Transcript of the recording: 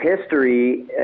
history